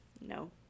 no